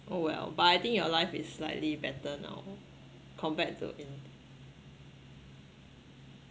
oh well but I think your life is slightly better now compared to